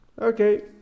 Okay